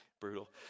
Brutal